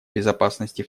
безопасности